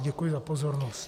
Děkuji za pozornost.